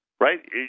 Right